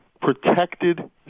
protected